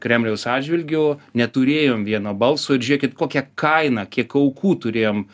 kremliaus atžvilgiu neturėjom vieno balso ir žiūrėkit kokia kaina kiek aukų turėjom